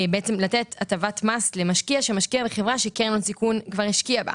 בעצם לתת הטבת מס למשקיע שמשקיע בחברה שקרן הון סיכון כבר השקיעה בה.